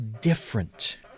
different